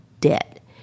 debt